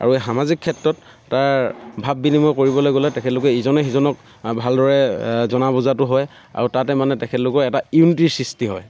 আৰু এই সামাজিক ক্ষেত্ৰত তাৰ ভাৱ বিনিময় কৰিবলৈ গ'লে তেখেতলোকে ইজনে সিজনক ভালদৰে জনা বুজাটো হয় আৰু তাতে মানে তেখেতলোকৰ এটা ইউনিটিৰ সৃষ্টি হয়